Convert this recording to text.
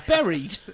Buried